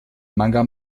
manga